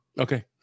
Okay